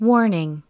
Warning